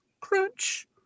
crunch